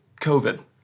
COVID